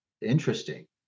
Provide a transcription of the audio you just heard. interesting